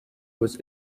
was